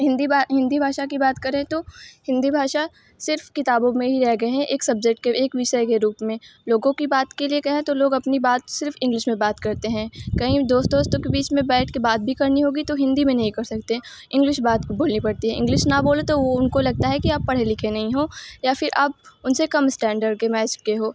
हिन्दी बा हिन्दी भाषा की बात करें तो हिन्दी भाषा सिर्फ़ किताबों में ही रह गए हैं एक सब्जेक्ट के एक विषय के रूप में लोगों की बात के लिए कहें तो लोग अपनी बात सिर्फ़ इंग्लिश में बात करते हैं कहीं दोस्तों ओस्तों के बीच में बैठ कर बात भी करनी होगी तो हिन्दी में नहीं कर सकते इंग्लिश में बात बोलनी पड़ती है इंग्लिश ना बोले तो वाे उनको लगता है कि आप पढ़े लिखे नहीं हो या फिर आप उन से कम इस्टैंडर के मैच के हो